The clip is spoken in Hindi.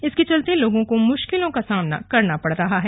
इसके चलते लोगों को मुश्किलों का सामना करना पड़ रहा है